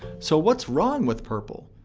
so what's wrong with purple?